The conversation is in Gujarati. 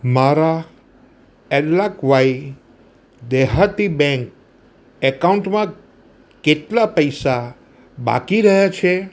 મારા એલ્લાક્વાઈ દેહાતી બેંક એકાઉન્ટમાં કેટલાં પૈસા બાકી રહ્યાં છે